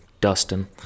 Dustin